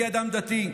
אני אדם דתי,